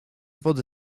wody